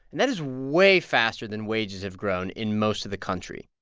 and that is way faster than wages have grown in most of the country.